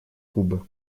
кубы